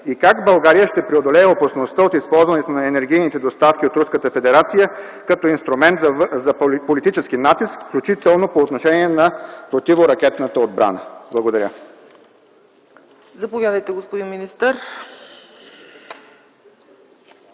Как България ще преодолее опасността от използването на енергийните доставки от Руската федерация като инструмент за политически натиск, включително по отношение на противоракетната отбрана? Благодаря.